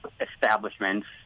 establishments